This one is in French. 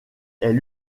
est